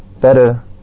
better